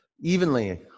Evenly